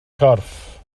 corff